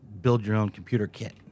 build-your-own-computer-kit